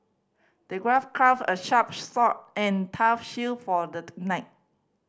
the crafted a sharp sword and tough shield for the tonight